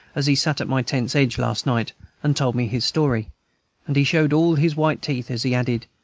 as he sat at my tent's edge last night and told me his story and he showed all his white teeth as he added,